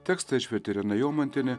tekstą išvertė irena jomantienė